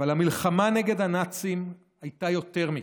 אבל המלחמה נגד הנאצים הייתה יותר מכך,